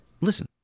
listen